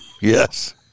Yes